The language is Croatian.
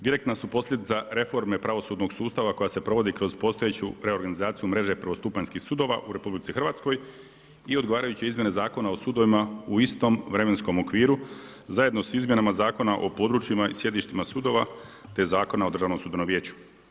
Direktna su posljedica reforme pravosudnog sustava koja se provodi kroz postojeću reorganizaciju mreže prvostupanjskih sudova u RH i odgovarajuće izmjene Zakona o sudovima u istom vremenskom okviru, zajedno s izmjenama zakona o područjima i sjedištima sudova te zakona o državnom sudbenom vijeću.